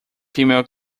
female